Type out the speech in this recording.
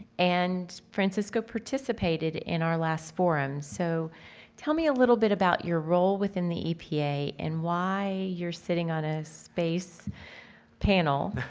and francisco participated in our last forum. so tell me a little bit about your role within the epa and why you're sitting on a space panel